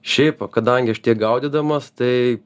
šiaip kadangi aš tiek gaudydamas tai